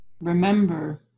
remember